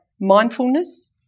mindfulness